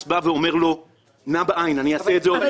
בא ואומר לו "נה בעין" אני אעשה את זה עוד פעם.